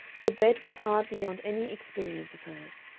the bed was hard beyond any experience of hers,